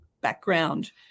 background